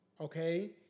okay